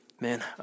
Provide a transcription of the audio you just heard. Man